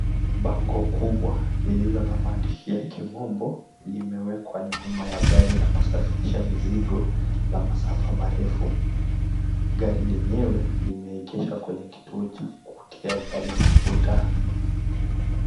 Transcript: Bango kubwa lililo na maandishi ya kimombo limewekwa nyuma ya gari la kusafirisha mizigo la masafa marefu. Gari lenyewe limeegeshwa kwenye kituo cha kutia gari mafuta.